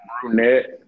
Brunette